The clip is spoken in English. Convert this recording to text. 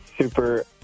super